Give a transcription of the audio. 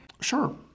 Sure